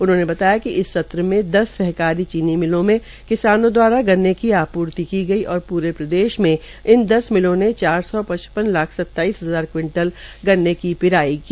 उन्होंने बताया कि इस सत्रमे दस सहकारी चीनी मिलों में किसानों दवारा गन्ने की आपूर्ति की गई और पूरे प्रदेश में इन दस मिलों ने चार सौ पचपन लाख सताईस हजार क्विंटल् गन्ने की पिराई की